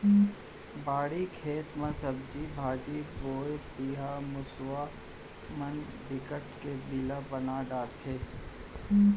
बाड़ी, खेत म सब्जी भाजी बोबे तिंहा मूसवा मन बिकट के बिला बना डारथे